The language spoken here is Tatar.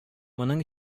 моның